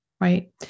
right